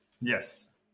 Yes